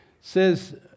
says